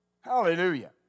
Hallelujah